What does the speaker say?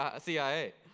CIA